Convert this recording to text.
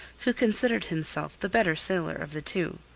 who considered himself the better sailor of the two.